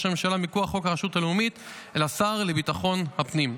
הממשלה מכוח חוק הרשות הלאומית אל השר לביטחון פנים.